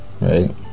Right